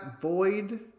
void